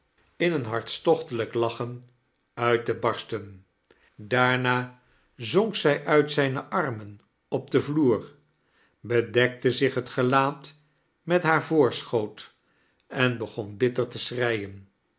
in een hartstoohtelijk lachen uit te barsten daarna zonk zij uit zijne armen op den vloer bedekte zich het gelaat met hbiar voorschoot en biegon bitter te schreien